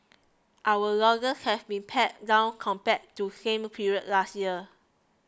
our losses have been pared down compared to same period last year